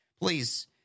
Please